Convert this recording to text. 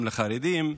גם לחרדים.